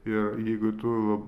ir jeigu tu